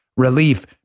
Relief